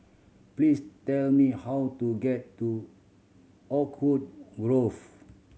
please tell me how to get to Oakwood Grove